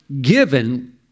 given